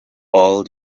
all